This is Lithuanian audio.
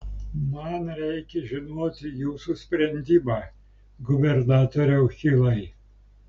man reikia žinoti jūsų sprendimą gubernatoriau hilai